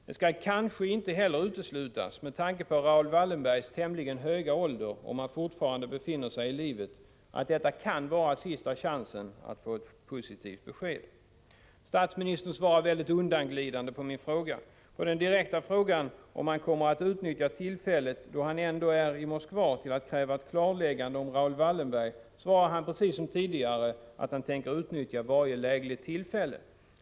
Det skall kanske inte heller uteslutas med tanke på Raoul Wallenbergs tämligen höga ålder, om han fortfarande befinner sig i livet, att detta kan vara sista chansen att få ett positivt besked. Statsministern svarar mycket undanglidande på min fråga. På den direkta frågan om han kommer att utnyttja tillfället, när han ändå är i Moskva, till att kräva ett klarläggande om Raoul Wallenbergs öde svarar han precis som tidigare att han tänker utnyttja varje lägligt tillfälle.